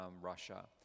Russia